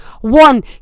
one